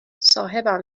صاحبم